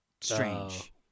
strange